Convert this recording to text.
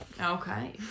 Okay